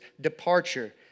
departure